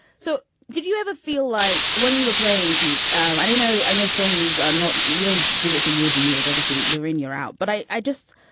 so did you ever feel like when you were playing keith? um i don't know. i know films are not you don't do it for years and years. obviously, you're in. you're out. but i just.